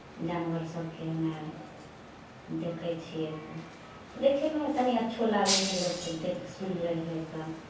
जानवर सभके हमे आर देखै छियै देखयमे तनि अच्छो लागै हइ लोककेँ देख सुनि लै हइ कऽ